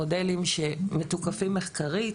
מודלים שמתוקפים מחקרית.